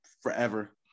forever